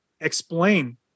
explain